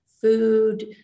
food